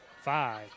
five